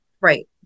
Right